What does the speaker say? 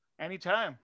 Anytime